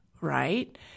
right